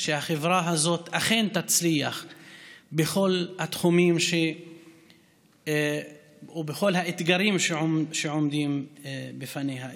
שהחברה הזאת אכן תצליח בכל התחומים ובכל האתגרים שעומדים בפניה.